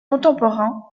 contemporains